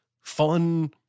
fun